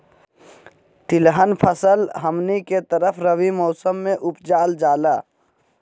तिलहन फसल हमनी के तरफ रबी मौसम में उपजाल जाला